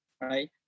right